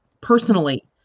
personally